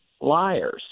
liars